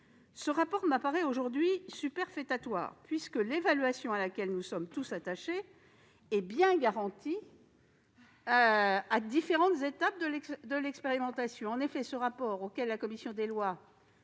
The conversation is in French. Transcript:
et qui m'apparaît aujourd'hui superfétatoire. En effet, l'évaluation à laquelle nous sommes tous attachés est bien garantie à différentes étapes de l'expérimentation. Ce rapport, auquel la commission des lois